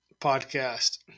podcast